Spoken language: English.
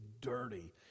dirty